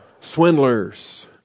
swindlers